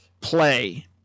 play